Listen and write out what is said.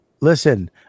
listen